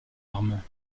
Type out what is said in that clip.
arme